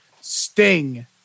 Sting